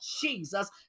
Jesus